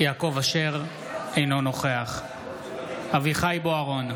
אינו נוכח אביחי אברהם בוארון,